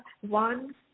one